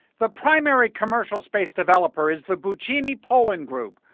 the primary commercial space developer is the but ah the poland group,